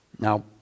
Now